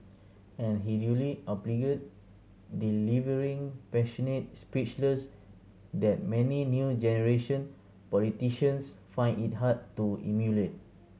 and he duly obliged delivering passionate speeches that many new generation politicians find it hard to emulate